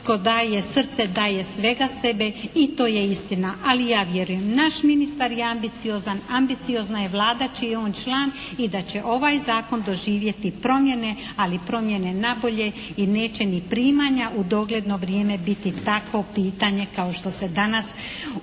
tko daje srce daje svega sebe i to je istina. Ali ja vjerujem, naš ministar je ambiciozan. Ambiciozna je Vlada čiji je on član i da će ovaj zakon doživjeti promjene, ali promjene na bolje i neće ni primanja u dogledno vrijeme biti takvo pitanje kao što se danas htjelo